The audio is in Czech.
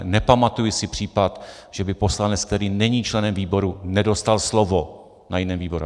Nepamatuji si případ, že by poslanec, který není členem výboru, nedostal slovo na jiném výboru.